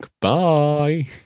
Bye